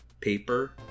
Paper